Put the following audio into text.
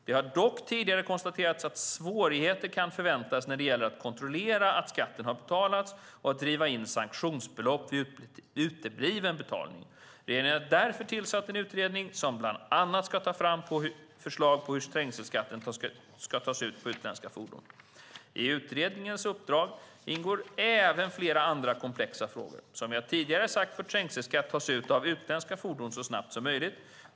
Det har dock tidigare konstaterats att svårigheter kan förväntas när det gäller att kontrollera att skatten har betalats och att driva in sanktionsbelopp vid utebliven betalning. Regeringen har därför tillsatt en utredning som bland annat ska ta fram förslag på hur trängselskatt ska tas ut på utländska fordon. I utredningens uppdrag ingår även flera andra komplexa frågor. Som jag tidigare sagt bör trängselskatt tas ut av utländska fordon så snabbt det är möjligt.